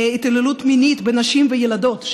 התעללות מינית בנשים ובילדות,